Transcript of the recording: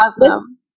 awesome